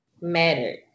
mattered